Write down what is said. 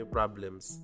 problems